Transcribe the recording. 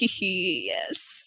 yes